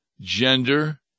gender